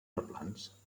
replans